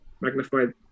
magnified